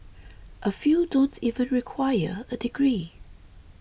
a few don't even require a degree